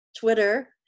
Twitter